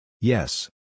Yes